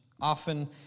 often